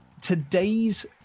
today's